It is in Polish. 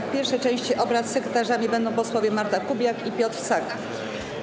W pierwszej części obrad sekretarzami będą posłowie Marta Kubiak i Piotr Sak.